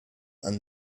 and